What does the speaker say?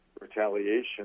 retaliation